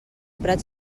prats